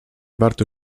warto